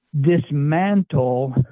dismantle